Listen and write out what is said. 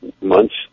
months